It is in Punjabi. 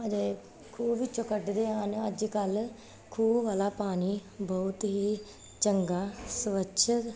ਖੂਹ ਵਿੱਚੋਂ ਕੱਢਦੇ ਹਨ ਅੱਜ ਕੱਲ੍ਹ ਖੂਹ ਵਾਲਾ ਪਾਣੀ ਬਹੁਤ ਹੀ ਚੰਗਾ ਸਵੱਛ